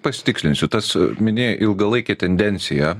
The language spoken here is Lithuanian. pasitikslinsiu tas minėjai ilgalaikė tendencija